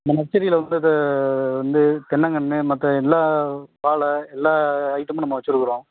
நம்ம நர்சரியில் வந்து அது வந்து தென்னங்கன்று மற்ற எல்லா வாழை எல்லா ஐட்டமும் நம்ம வச்சுருக்குறோம்